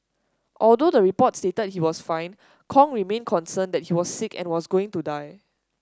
although the report stated he was fine Kong remained concerned that he was sick and was going to die